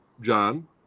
John